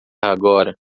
agora